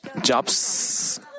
Job's